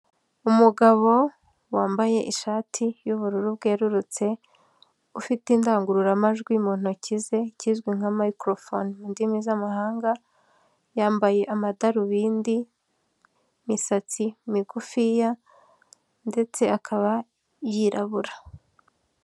Umugabo wambaye ishati y'ubururu bwererutse ufite indangururamajwi mu ntoki ze ikizwi nka mayikorofone mu ndimi z'amahanga yambaye amadarubindi, imisatsi migufiya ndetse akaba yirabura.